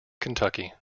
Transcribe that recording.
kentucky